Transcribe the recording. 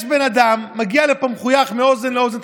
יש בן אדם מגיע לפה מחויך מאוזן לאוזן,